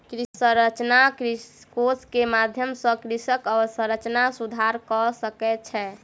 कृषि अवसंरचना कोष के माध्यम सॅ कृषक अवसंरचना सुधार कय सकै छै